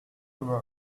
over